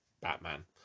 Batman